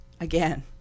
again